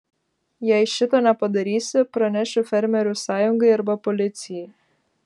jei šito nepadarysi pranešiu fermerių sąjungai arba policijai